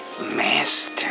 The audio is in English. Master